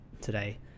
today